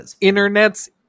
internet's